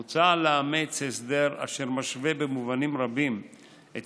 מוצע לאמץ הסדר אשר במובנים רבים משווה את